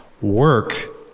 work